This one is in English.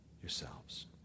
yourselves